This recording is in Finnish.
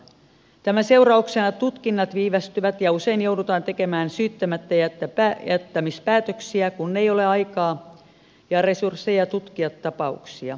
tämän seurauksena tutkinnat viivästyvät ja usein joudutaan tekemään syyttämättäjättämispäätöksiä kun ei ole aikaa ja resursseja tutkia tapauksia